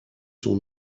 sont